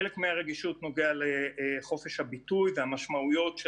חלק מהרגישות נוגע לחופש הביטוי והמשמעויות של